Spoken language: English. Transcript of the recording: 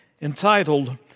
entitled